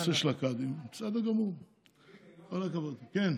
תודה לך.